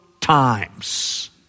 times